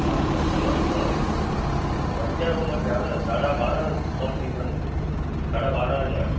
हा त घणनि घणनि पंज रूम थिया न साढा बाराहं सौ थींदा न साढा बाराहं